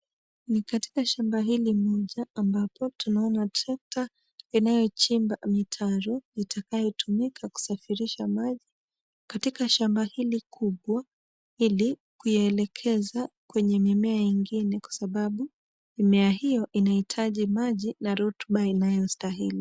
Ni katika shamba hili moja ambapo tunaona trekta inayochimba mitaro itakayotumika kusafirisha maji katika shamba hili kubwa ili kuyaelekeza kwenye mimea ingine kwa sababu mimea hiyo inahitaji maji na rotuba inayostahili.